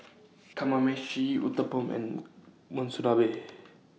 Kamameshi Uthapam and Monsunabe